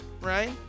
right